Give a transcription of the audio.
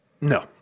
No